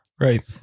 right